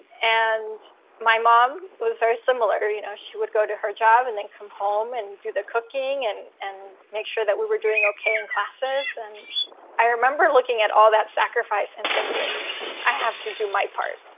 and my mom was very similar. you know, she would go to her job and then come home and do the cooking and and make sure that we were doing okay in classes. and i remember looking at all that sacrifice and thinking i have to do my part.